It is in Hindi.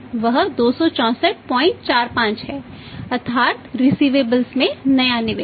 और रिसिवेबल्स में नया निवेश